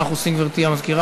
מה אנחנו עושים, גברתי המזכירה?